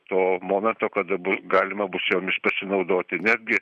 to momento kada bus galima bus jomis pasinaudoti netgi